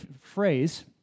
phrase